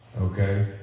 Okay